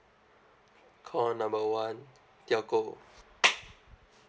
call number one telco